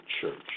church